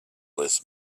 less